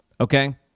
okay